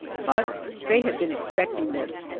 but faye had been expecting this,